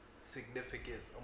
significance